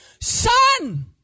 son